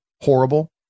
horrible